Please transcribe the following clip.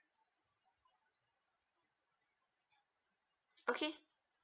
okay